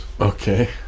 Okay